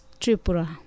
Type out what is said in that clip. Tripura